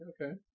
okay